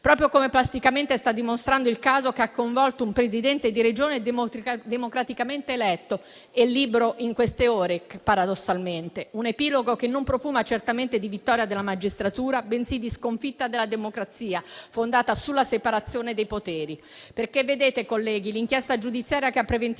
Proprio come plasticamente sta dimostrando il caso che ha coinvolto un Presidente di Regione democraticamente eletto e libero in queste ore, paradossalmente; un epilogo che non profuma certamente di vittoria della magistratura, bensì di sconfitta della democrazia, fondata sulla separazione dei poteri. Vedete, colleghi, l'inchiesta giudiziaria che ha preventivamente